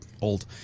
old